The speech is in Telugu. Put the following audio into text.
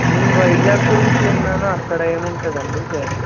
వైజాగ్ గురించి విన్నాను అక్కడ ఏముంటదండి ఫేమస్